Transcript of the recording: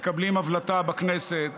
מקבלים הבלטה בכנסת,